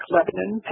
Lebanon